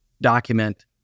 document